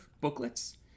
booklets